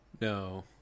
no